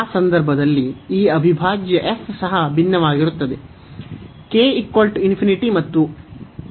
ಆ ಸಂದರ್ಭದಲ್ಲಿ ಈ ಅವಿಭಾಜ್ಯ ಸಹ ಭಿನ್ನವಾಗಿರುತ್ತದೆ